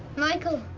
michael?